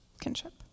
kinship